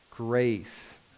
grace